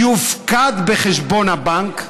יופקד בחשבון הבנק,